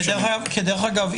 דרך אגב,